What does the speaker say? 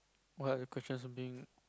what are the questions of being